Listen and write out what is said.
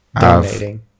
donating